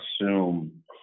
assume